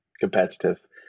competitive